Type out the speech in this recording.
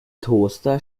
toaster